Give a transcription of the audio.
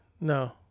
No